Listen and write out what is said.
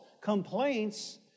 complaints